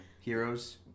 heroes